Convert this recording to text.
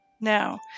Now